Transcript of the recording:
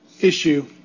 issue